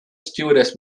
stewardess